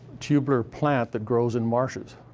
tubular plant that grows in marshes?